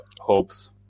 hopes